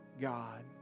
God